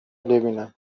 بیینم